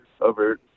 over